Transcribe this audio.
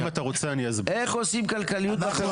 איך עושים כלכליות בפריפריה?